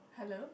hello